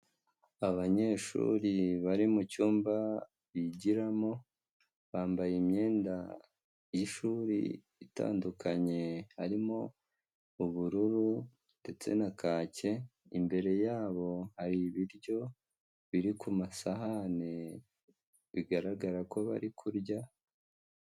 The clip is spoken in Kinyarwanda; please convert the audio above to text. Abanyeshuri bari mu cyumba bigiramo bambaye imyenda y'ishuri itandukanye harimo ubururu ndetse na kake, imbere yabo hari ibiryo biri ku masahani bigaragara ko bari kurya.